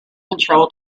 control